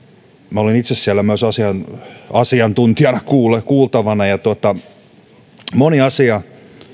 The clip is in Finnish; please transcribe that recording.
minä olin siellä myös itse asiantuntijana kuultavana ja moni asia